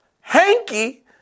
hanky